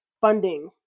funding